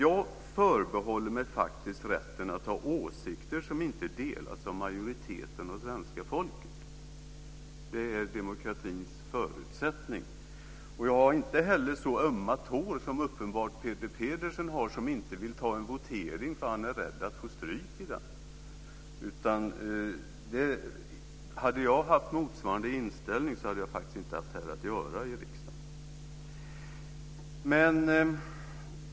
Jag förbehåller mig faktiskt rätten att ha åsikter som inte delas av majoriteten av svenska folket. Det är demokratins förutsättning. Jag har heller inte så ömma tår som uppenbarligen Peter Pedersen har som inte vill ta en votering, eftersom han är rädd att få stryk i den. Hade jag haft motsvarande inställning hade jag faktiskt inte haft här att göra i riksdagen.